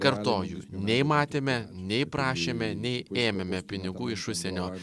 kartoju nei matėme nei prašėme nei ėmėme pinigų iš užsienio